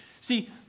see